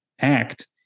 act